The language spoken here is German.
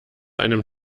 einem